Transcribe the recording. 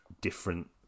different